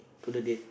to the date